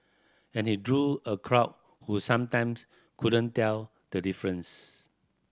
and he drew a crowd who sometimes couldn't tell the difference